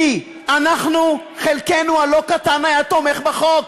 כי אנחנו, חלקנו הלא-קטן היה תומך בחוק.